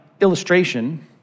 illustration